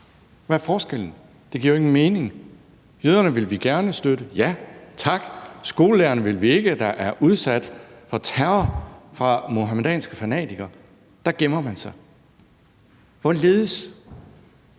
Hvad er forskellen? Det giver jo ingen mening: Jøderne vil vi gerne støtte, ja tak; skolelærerne, der er udsat for terror fra muhamedanske fanatikere, vil vi ikke støtte, og der